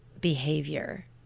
behavior